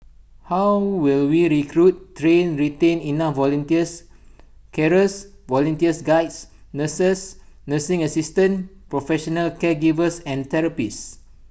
how will we recruit train retain enough volunteers carers volunteers Guides nurses nursing assistant professional caregivers and therapists